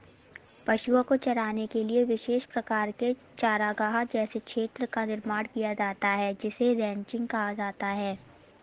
पशुओं को चराने के लिए विशेष प्रकार के चारागाह जैसे क्षेत्र का निर्माण किया जाता है जिसे रैंचिंग कहा जाता है